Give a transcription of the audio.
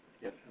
Yes